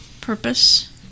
purpose